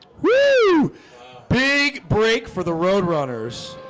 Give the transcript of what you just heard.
whoo big break for the roadrunners.